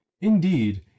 indeed